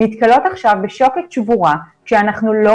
נתקלות עכשיו בשוקת שבורה כשאנחנו לא